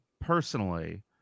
personally